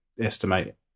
estimate